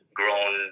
grown